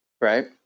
Right